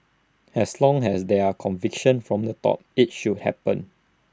as long as there are conviction from the top IT should happen